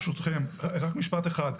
ברשותכם, משפט אחד.